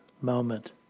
moment